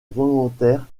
volontaire